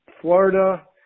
Florida